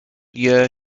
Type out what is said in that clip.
year